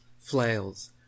flails